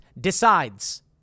decides